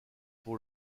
pour